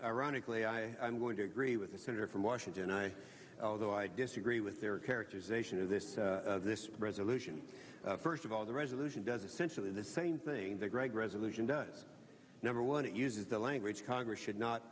ironically i would agree with the senator from washington and i although i disagree with your characterization of this this resolution first of all the resolution does officially the same thing the gregg resolution does number one it uses the language congress should not